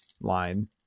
line